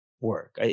work